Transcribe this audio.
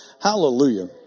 Hallelujah